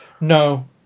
No